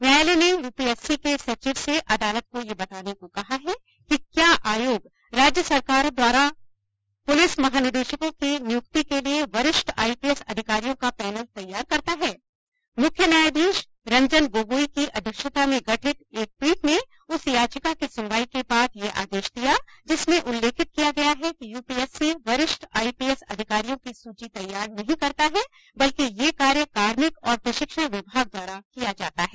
न्यायालय ने यूपीएससी के सचिव से अदालत को यह बताने को कहा है कि क्या आयोग राज्य सरकारों द्वारा पुलिस महानिदेशकों की नियुक्ति के लिए वरिष्ठ आईपीएस अधिकारियों का पैनल तैयार करता है मुख्य न्यायाधीश रंजन गोगोई की अध्यक्षता में गठित एक पीठ ने उस याचिका की सुनवाई के बाद ये आदेश दिया जिसमें उल्लेखित गया है कि यूपीएससी वरिष्ठ आईपीएस अधिकारियों की सूची तैयार नहीं करता है बल्कि यह कार्य कार्मिक और प्रशिक्षण विभाग द्वारा किया जाता है